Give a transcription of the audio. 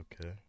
Okay